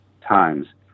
times